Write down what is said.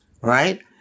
right